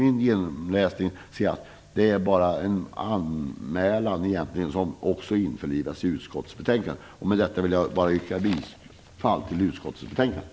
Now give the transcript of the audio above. Min genomläsning visar att dessa egentligen bara är en anmälan som också införlivas i utskottets betänkande. Med detta vill jag yrka bifall till hemställan i utskottets betänkande.